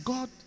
God